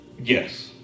Yes